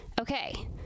Okay